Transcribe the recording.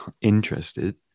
interested